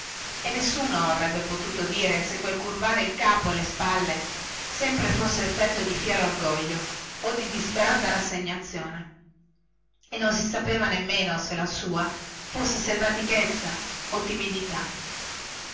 e nessuno avrebbe potuto dire se quel curvare il capo e le spalle sempre fosse effetto di bieco orgoglio o di disperata rassegnazione e non si sapeva nemmeno se la sua fosse salvatichezza o timidità